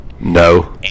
No